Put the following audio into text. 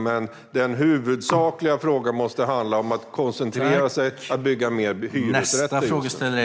Men den huvudsakliga frågan måste handla om att man koncentrerar sig på att bygga fler hyresrätter.